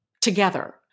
together